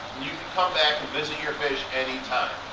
you can come back and visit your fish any time.